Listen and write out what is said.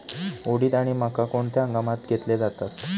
उडीद आणि मका कोणत्या हंगामात घेतले जातात?